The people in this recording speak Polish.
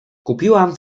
kupiłam